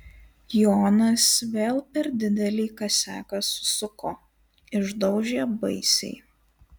jonas vėl per didelį kasiaką susuko išdaužė baisiai